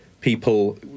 people